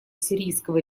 сирийского